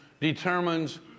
determines